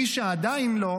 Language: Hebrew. מי שעדיין לא,